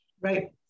Right